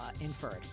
Inferred